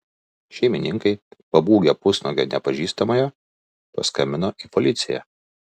šeimininkai pabūgę pusnuogio nepažįstamojo paskambino į policiją